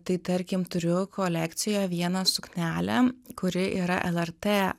tai tarkim turiu kolekcijoj vieną suknelę kuri yra lrt